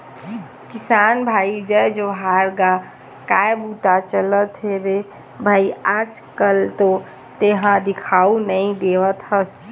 किसान भाई जय जोहार गा काय बूता चलत हे रे भई आज कल तो तेंहा दिखउच नई देवत हस?